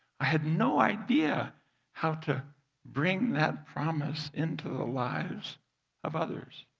i had no idea how to bring that promise into the lives of others.